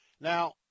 Now